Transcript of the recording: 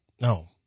no